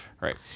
Right